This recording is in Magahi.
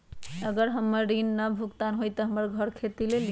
अगर हमर ऋण न भुगतान हुई त हमर घर खेती लेली?